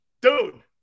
Dude